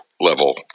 level